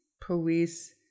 police